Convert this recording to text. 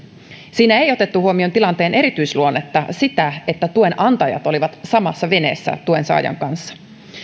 siinä ei otettu huomioon tilanteen erityisluonnetta sitä että tuen antajat olivat samassa veneessä tuen saajan kanssa